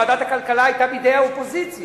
ועדת הכלכלה היתה בידי האופוזיציה.